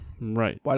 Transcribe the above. Right